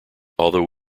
although